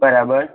બરાબર